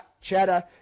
Cheddar